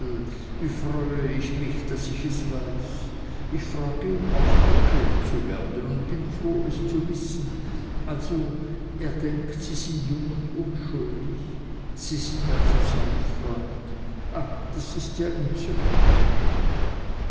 wie freue ich mich daß ich es weiß ich frage um aufgeklärt zu werden und bin froh es zu wissen also er denkt sie sind jung und unschuldig sie sind also sein freund ach das ist ja entzückend